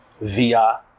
via